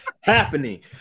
happening